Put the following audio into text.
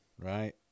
Right